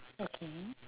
okay